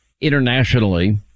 internationally